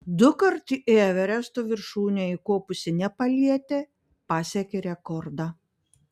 dukart į everesto viršūnę įkopusi nepalietė pasiekė rekordą